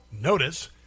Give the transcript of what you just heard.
notice